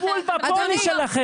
כי אני פוגע בול בפוני שלכם.